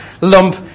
lump